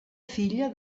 filla